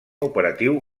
operatiu